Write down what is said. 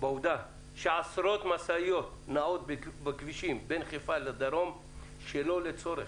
העובדה שעשרות משאיות נעות בכבישים בין חיפה לדרום שלא לצורך.